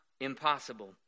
impossible